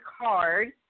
card